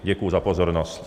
Děkuji za pozornost.